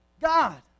God